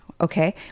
Okay